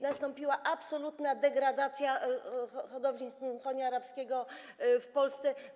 Nastąpiła absolutna degradacja hodowli konia arabskiego w Polsce.